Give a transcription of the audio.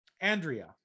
Andrea